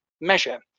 measure